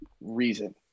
reason